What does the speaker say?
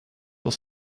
will